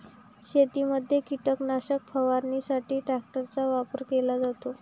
शेतीमध्ये कीटकनाशक फवारणीसाठी ट्रॅक्टरचा वापर केला जातो